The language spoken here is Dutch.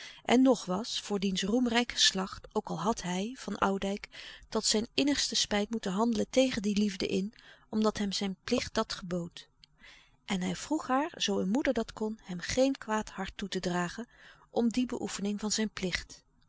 en nog was voor diens roemrijk geslacht ook al had hij van oudijck tot zijn innigste spijt moeten handelen tegen die liefde in omdat hem zijn plicht dat gebood en hij vroeg haar zoo een moeder dat kon hem geen kwaad hart toe te dragen om die beoefening van zijn plicht